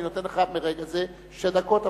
ולכן אני נותן לך מרגע זה שתי דקות,